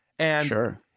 Sure